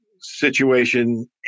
situation